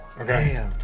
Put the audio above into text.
Okay